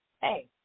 hey